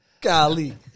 Golly